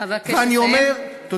ואני אומר, אבקש לסיים.